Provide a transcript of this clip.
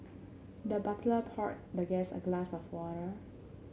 the butler poured the guest a glass of water